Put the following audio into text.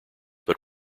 but